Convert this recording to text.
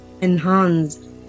enhanced